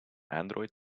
android